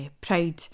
proud